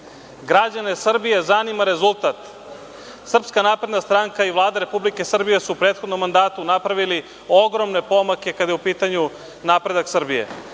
Građane Srbije zanima rezultat, SNS i Vlada Republike Srbije su u prethodnom mandatu napravili ogromne pomake kada je u pitanju napredak Srbije.